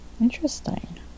Interesting